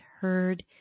heard